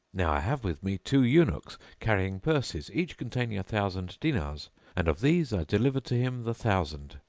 now i have with me two eunuchs carrying purses, each containing a thousand dinars and of these i deliver to him the thousand,